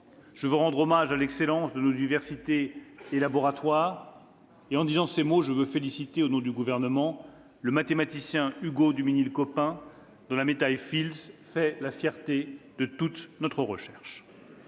Je veux rendre hommage à l'excellence de nos universités et laboratoires. Je tiens en particulier à féliciter, au nom du Gouvernement, le mathématicien Hugo Duminil-Copin, dont la médaille Fields fait la fierté de toute notre recherche.